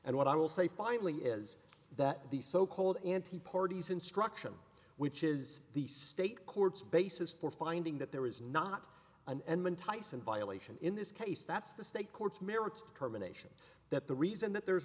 and what i will say finally is that these so called ante parties instruction which is the state courts basis for finding that there is not an tyson violation in this case that's the state courts merits determination that the reason that there